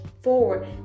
forward